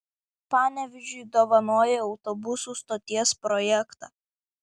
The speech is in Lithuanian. panevėžiui dovanoja autobusų stoties projektą